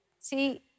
See